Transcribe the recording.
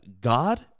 God